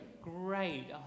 great